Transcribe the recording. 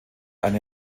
eine